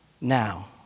now